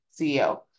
CEO